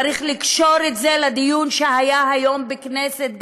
צריך לקשור את זה לדיון שהיה היום בכנסת,